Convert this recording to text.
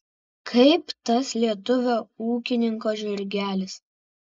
kaip tas lietuvio ūkininko žirgelis